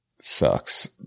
sucks